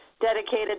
dedicated